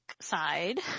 side